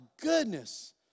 goodness